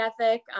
ethic